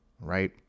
right